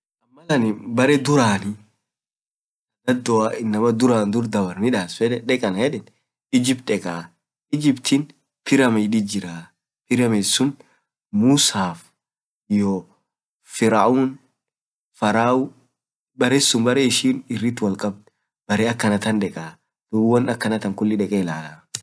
maal baree duraan inamaa dadoa deek anaan yedeen, egypt dekaa egyptin piramidit jiraa.piramid sunn musaaf firauniit baree suun baree ishin irit woalkaabd baree akanaa taan dekaa duub woan akanaa taan dekee ilalaa.